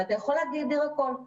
ואתה יכול להגדיר הכול.